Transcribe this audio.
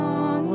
on